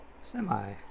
semi